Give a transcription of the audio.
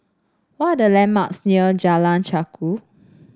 what are the landmarks near Jalan Chichau